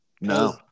No